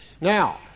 Now